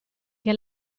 che